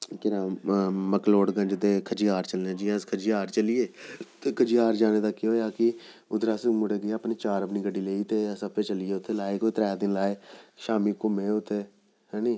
केह् नांऽ मकलोडगंज ते खजियार चलने आं जियां अस खजियार चली गे ते खजियार जाने दा केह् होएआ कि उद्धर अस मुड़े गे अपने चार अपनी गड्डी लेइयै ते अस आपें चली गे उत्थै लाए कोई त्रै दिन लाए शाम्मी घूमे उत्थें हैनी